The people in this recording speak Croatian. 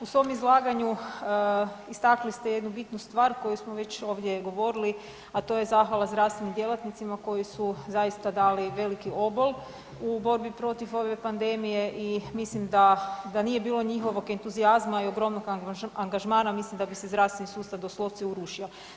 U svom izlaganju istaknuli ste jednu bitnu stvar koju smo već ovdje govorili, a to je zahvala zdravstvenim djelatnicima koji su zaista dali veliki obol u borbi protiv ove pandemije i mislim da nije bilo njihovog entuzijazma i ogromnog angažmana mislim da bi se zdravstveni sustav doslovce urušio.